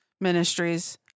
ministries